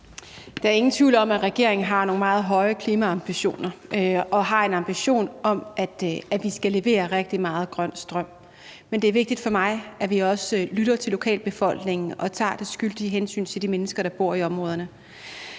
Der er ingen tvivl om, at regeringen har nogle meget høje klimaambitioner og har en ambition om, at vi skal levere rigtig meget grøn strøm. Men det er vigtigt for mig, at vi også lytter til lokalbefolkningen og tager det skyldige hensyn til de mennesker, der bor i områderne.